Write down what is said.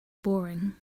boring